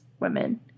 women